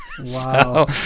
Wow